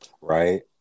Right